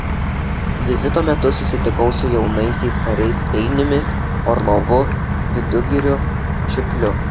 vizito metu susitikau su jaunaisiais kariais einiumi orlovu vidugiriu čiupliu